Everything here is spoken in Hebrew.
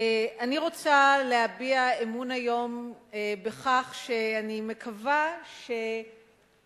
אני רוצה להביע אמון היום בכך שאני מקווה שהממשלה